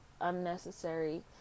unnecessary